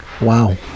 wow